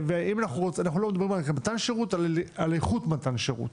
ואנחנו לא מדברים רק על מתן שירות אלא על איכות מתן השירות